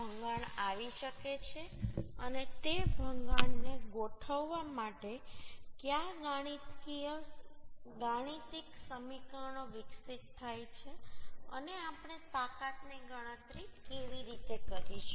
ભંગાણ આવી શકે છે અને તે ભંગાણ ને ગોઠવવા માટે કયા ગાણિતિક સમીકરણો વિકસિત થાય છે અને આપણે તાકાતની ગણતરી કેવી રીતે કરીશું